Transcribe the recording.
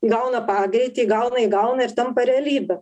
gauna pagreitį įgauna įgauna ir tampa realybe